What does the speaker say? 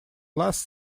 last